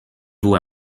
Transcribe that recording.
vous